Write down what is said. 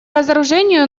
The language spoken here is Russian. разоружению